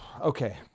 okay